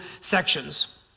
sections